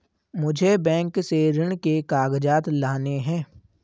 मुझे बैंक से ऋण के कागजात लाने हैं